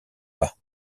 pas